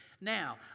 Now